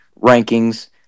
rankings